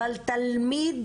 אבל תלמיד